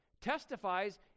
testifies